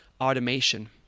automation